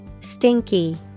Stinky